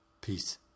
Peace